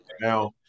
Now